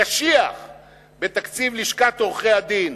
קשיח בתקציב לשכת עורכי-הדין